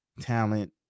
talent